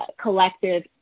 collective